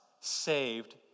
saved